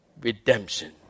redemption